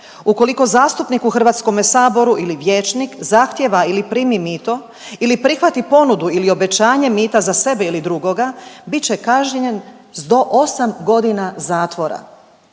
„Ukoliko zastupnik u Hrvatskome saboru ili vijećnik zahtijeva ili primi mito ili prihvati ponudu ili obećanje mita za sebe ili drugoga bit će kažnjen sa do 8 godina zatvora.